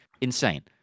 insane